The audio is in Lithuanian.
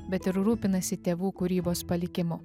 bet ir rūpinasi tėvų kūrybos palikimu